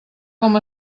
com